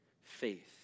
faith